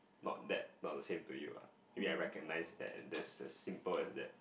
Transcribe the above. not that not the same to you uh maybe I recognise that and there's a simple as that